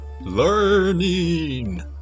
Learning